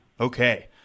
Okay